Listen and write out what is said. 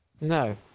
no